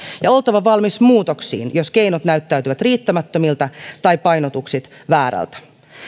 ja oltava valmis muutoksiin jos keinot näyttävät riittämättömiltä tai painotukset vääriltä